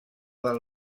del